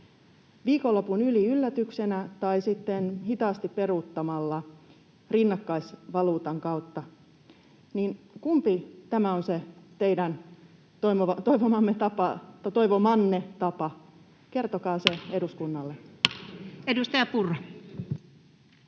viikonlopun yli yllätyksenä tai sitten hitaasti peruuttamalla rinnakkaisvaluutan kautta. Kumpi näistä on se teidän toivomanne tapa? [Riikka Purra